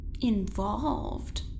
involved